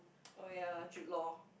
oh ya Jude Law